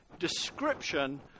description